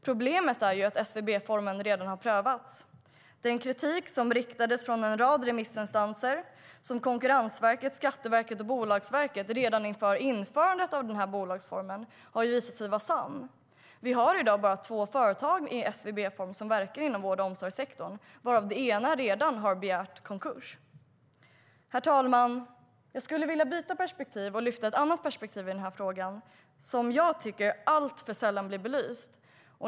Problemet är att SVB-formen redan har prövats och att den kritik som riktades från en rad remissinstanser, som Konkurrensverket, Skatteverket och Bolagsverket, redan inför införandet av den här bolagsformen har visat sig vara sann. Vi har i dag bara två företag i SVB-form som verkar inom vård och omsorgssektorn, varav det ena redan har ansökt om konkurs. Herr talman! Jag skulle vilja byta perspektiv och lyfta ett annat perspektiv i den här frågan som jag tycker alltför sällan blir belyst.